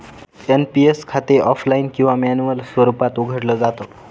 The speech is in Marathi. एन.पी.एस खाते ऑफलाइन किंवा मॅन्युअल स्वरूपात उघडलं जात